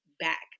back